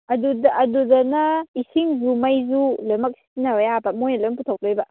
ꯑꯗꯨꯗꯅ ꯏꯁꯤꯡꯁꯨ ꯃꯩꯁꯨ ꯂꯣꯏꯃꯛ ꯁꯤꯖꯤꯟꯅꯕ ꯌꯥꯕ ꯃꯣꯏ ꯂꯣꯏꯃꯛ ꯄꯨꯊꯣꯛꯇꯣꯏꯕ